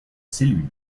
cellule